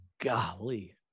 golly